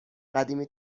قدیمی